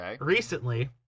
recently